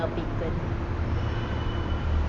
நீ பண்ணி சாப்டுவிய:nee panni sapduviya